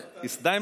דודי,